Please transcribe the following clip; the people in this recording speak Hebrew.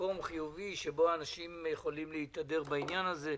מקום חיובי, שאנשים יכולים להתהדר בעניין הזה,